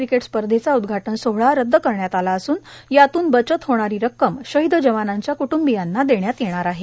cricket स्पर्धेचा उद्घाटन सोहळा रद्द करण्यात आला असून यातून बचत होणारी रक्कम शहीद जवानांच्या क्ट्ंबियांना देण्यात येणार आहे